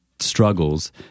struggles